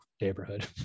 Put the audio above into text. neighborhood